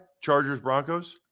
Chargers-Broncos